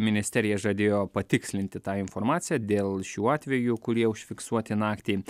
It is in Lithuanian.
ministerija žadėjo patikslinti tą informaciją dėl šių atvejų kurie užfiksuoti naktį